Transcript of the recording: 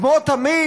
כמו תמיד,